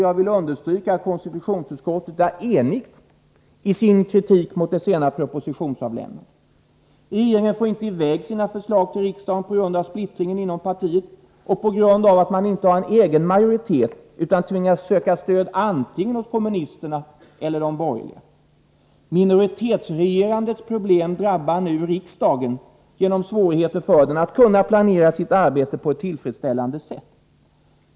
Jag vill understryka att konstitutionsutskottet är enigt i sin kritik mot det sena propositionsavlämnandet. Regeringen får inte i väg sina förslag till riksdagen på grund av splittringen inom partiet och på grund av att man inte har egen majoritet utan tvingas söka stöd antingen hos kommunisterna eller också hos de borgerliga. Minoritetsregerandets problem drabbar nu riksdagen genom svårigheter för den att planera sitt arbete på ett tillfredsställande sätt.